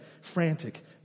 frantic